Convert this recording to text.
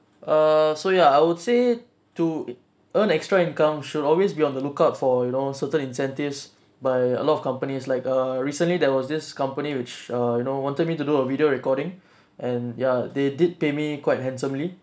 err so ya I would say to earn extra income should always be on the lookout for you know certain incentives by a lot of companies like uh recently there was this company which uh you know wanted me to do a video recording and ya they did pay me quite handsomely